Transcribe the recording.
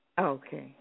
Okay